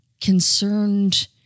concerned